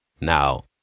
Now